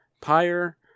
Pyre